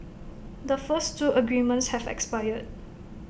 the first two agreements have expired